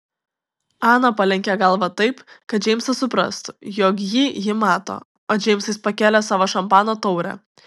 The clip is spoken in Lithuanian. ana palenkė galvą taip kad džeimsas suprastų jog jį ji mato o džeimsas pakėlė savo šampano taurę